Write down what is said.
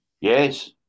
Yes